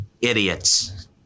idiots